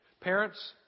Parents